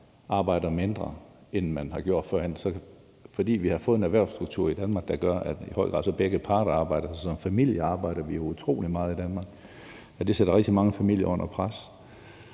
arbejder mindre, end man har gjort førhen, men hvor vi har fået en erhvervsstruktur i Danmark, der gør, at begge parter arbejder, og at vi som familier arbejder utrolig meget i Danmark, sætter det rigtig mange familier under pres.